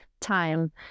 time